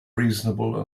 reasonable